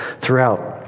throughout